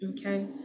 Okay